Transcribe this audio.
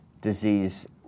disease